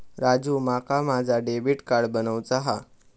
राजू, माका माझा debit card बनवूचा हा